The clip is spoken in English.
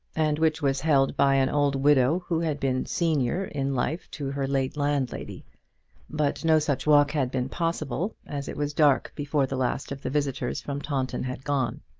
and which was held by an old widow who had been senior in life to her late landlady but no such walk had been possible, as it was dark before the last of the visitors from taunton had gone.